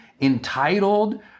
entitled